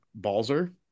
Balzer